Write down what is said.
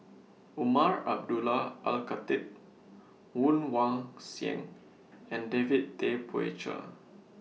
Umar Abdullah Al Khatib Woon Wah Siang and David Tay Poey Cher